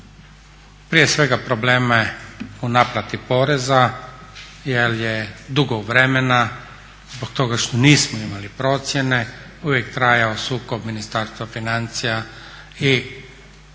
Prije svega probleme u naplati poreza jer je dugo vremena zbog toga što nismo imali procjene uvijek trajao sukob Ministarstva financija i bilo